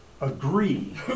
Agree